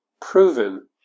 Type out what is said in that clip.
proven